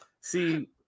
see